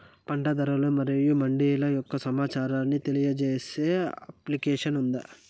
పంట ధరలు మరియు మండీల యొక్క సమాచారాన్ని తెలియజేసే అప్లికేషన్ ఉందా?